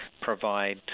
provide